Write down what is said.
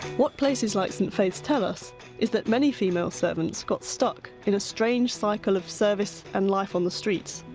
what places like st faith's tell us is that many female servants got stuck in a strange cycle of service and life on the streets,